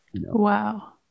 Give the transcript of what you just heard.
Wow